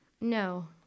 no